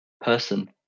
person